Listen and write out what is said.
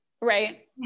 Right